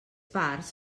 parts